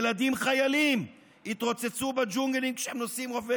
ילדים חיילים יתרוצצו בג'ונגלים כשהם נושאים רובי